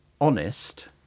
honest